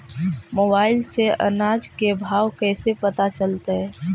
Mobile से अनाज के भाव कैसे पता चलतै?